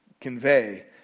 convey